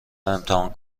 امتحان